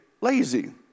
lazy